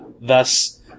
thus